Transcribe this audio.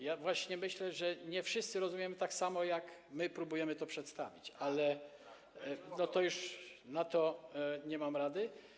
Ja właśnie myślę, że nie wszyscy rozumiemy to tak samo, tak jak my próbujemy to przedstawić, ale na to już nie mam rady.